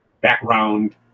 background